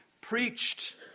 preached